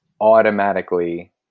automatically